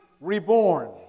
reborn